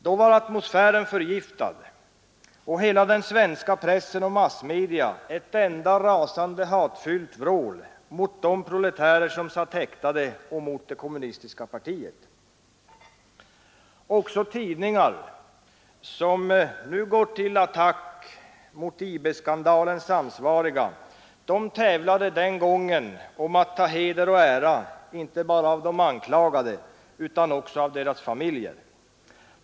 Då var atmosfären förgiftad och hela den svenska pressen och massmedia ett enda rasande hatfyllt vrål mot de proletärer som satt häktade och mot det kommunistiska partiet. Också tidningar som nu går till attack mot IB-skandalens ansvariga, tävlade den gången om att ta heder och ära inte bara av de anklagade utan också av deras familjer.